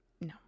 No